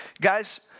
Guys